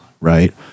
right